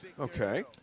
Okay